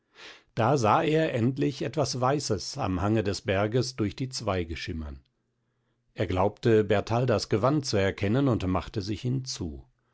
da sah er endlich etwas weißes am hange des berges durch die zweige schimmern er glaubte bertaldas gewand zu erkennen und machte sich hinzu